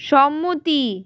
সম্মতি